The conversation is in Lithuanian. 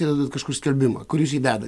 įdedat kažkur skelbimą kur jūs jį dedat